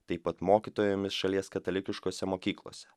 taip pat mokytojomis šalies katalikiškose mokyklose